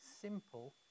simple